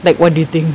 like what do you think